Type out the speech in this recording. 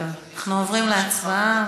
אנחנו עוברים להצבעה.